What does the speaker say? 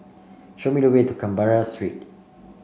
show me the way to Canberra Street